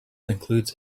includes